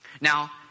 Now